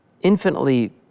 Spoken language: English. infinitely